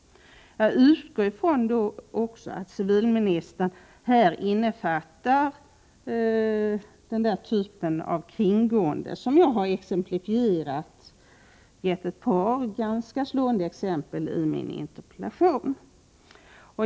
Jag utgår från att civilministern häri innefattar den typ av kringgående som jag har gett ett par ganska slående exempel på i min interpellation.